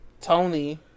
tony